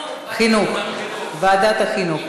לא, זה ועדת החינוך.